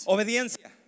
Obediencia